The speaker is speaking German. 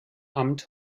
amt